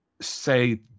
say